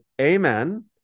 Amen